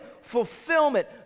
fulfillment